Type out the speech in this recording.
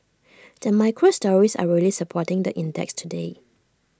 the micro stories are really supporting the index today